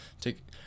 take